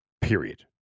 period